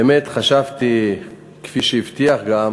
באמת חשבתי, כפי שהבטיח גם,